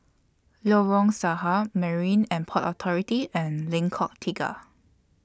Lorong Sarhad Marine and Port Authority and Lengkok Tiga